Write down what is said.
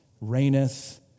reigneth